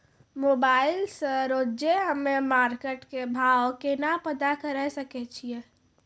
Mobile से रोजे हम्मे मार्केट भाव केना पता करे सकय छियै?